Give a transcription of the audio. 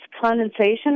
condensation